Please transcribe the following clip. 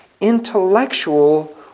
intellectual